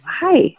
hi